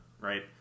right